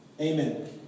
Amen